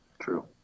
True